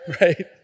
right